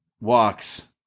walks